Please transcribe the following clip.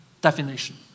definition